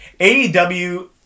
AEW